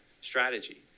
strategy